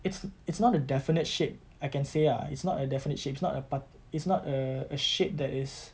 it's it's not a definite shape I can say ah it's not a definite shape it's not a pat~ it's not a a shape that is